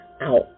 out